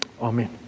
Amen